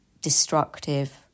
destructive